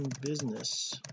business